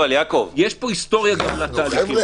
יש פה גם היסטוריה לתהליכים.